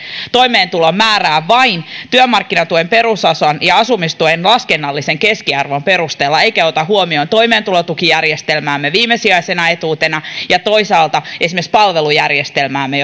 toimeentulon määrää vain työmarkkinatuen perusosan ja asumistuen laskennallisen keskiarvon perusteella eikä ota huomioon toimeentulotukijärjestelmäämme viimesijaisena etuutena eikä toisaalta esimerkiksi palvelujärjestelmäämme